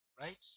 Right